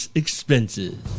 expenses